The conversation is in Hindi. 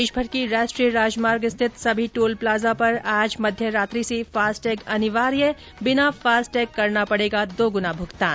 देशभर के राष्ट्रीय राजमार्ग स्थित सभी टोल प्लाजा पर आज मध्य रात्रि से फास्टैग अनिवार्य बिना फास्टैग करना पड़ेगा दोगुना भुगतान